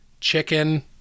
chicken